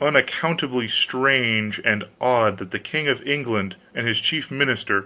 unaccountably strange and odd that the king of england and his chief minister,